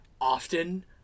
often